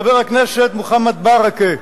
חבר הכנסת מוחמד ברכה,